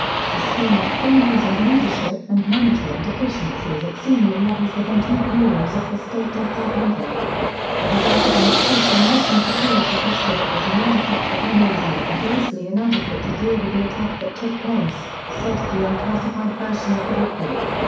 systemic failures and leadership and management deficiencies at senior levels within two bureaus of the state department. ah resulted in a special mission security posture that was inadequate for benghazi and grossly inadequate to deal with the attack that took place, said the unclassified version of the report.